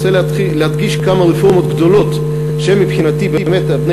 אני רוצה להדגיש כמה רפורמות גדולות שהן מבחינתי באמת אבני